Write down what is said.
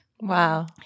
Wow